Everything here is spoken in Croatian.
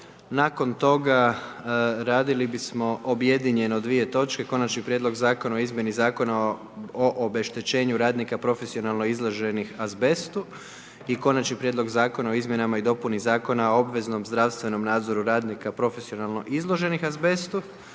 nama je danas objedinjena rasprava vezano za izmjene zakona o obeštećenju radnika profesionalno izloženih azbestu i sama izmjena zakona, tj. izmjene i dopune zakona o obaveznom zdravstvenom nadzoru radnika profesionalno izloženih azbestu.